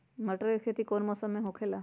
मटर के खेती कौन मौसम में होखेला?